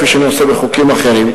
כפי שאני עושה בחוקים אחרים,